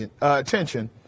attention